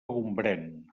gombrèn